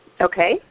Okay